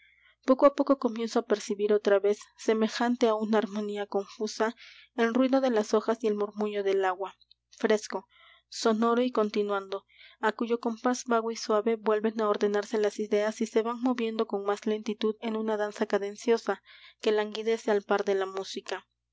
poco á poco comienzo á percibir otra vez semejante á una armonía confusa el ruido de las hojas y el murmullo del agua fresco sonoro y continuado á cuyo compás vago y suave vuelven á ordenarse las ideas y se van moviendo con más lentitud en una danza cadenciosa que languidece al par de la música